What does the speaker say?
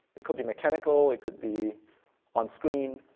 it could be mechanical. it could be on screen.